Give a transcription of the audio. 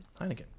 Heineken